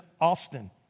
Austin